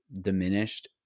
diminished